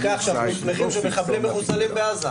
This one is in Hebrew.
--- שאנחנו שמחים שמחבלים מחוסלים בעזה.